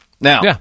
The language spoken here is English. Now